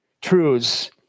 truths